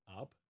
up